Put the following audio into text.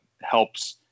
helps